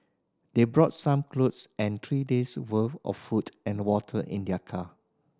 they brought some clothes and three days' worth of food and water in their car